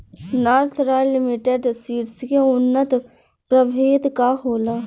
North Royal Limited Seeds के उन्नत प्रभेद का होला?